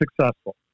successful